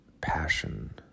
passion